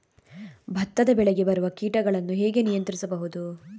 ಭತ್ತದ ಬೆಳೆಗೆ ಬರುವ ಕೀಟಗಳನ್ನು ಹೇಗೆ ನಿಯಂತ್ರಿಸಬಹುದು?